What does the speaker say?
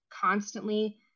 constantly